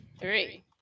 Three